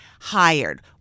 hired